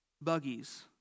buggies